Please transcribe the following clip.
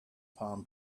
palm